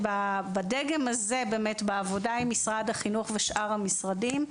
שבדגם הזה של העבודה עם משרד החינוך והעבודה עם שאר המשרדים,